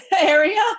area